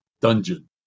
dungeon